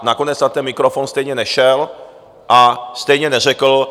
Nakonec na ten mikrofon stejně nešel a stejně neřekl...